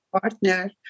partner